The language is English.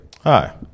Hi